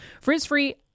Frizz-free